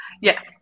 Yes